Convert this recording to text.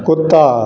कुत्ता